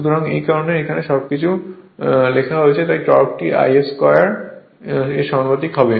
সুতরাং এই কারণেই এখানে সবকিছু লেখা হয়েছে তাই টর্কটি Ia2 এর সমানুপাতিক হয়